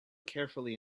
carefully